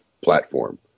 platform